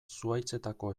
zuhaitzetako